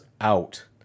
out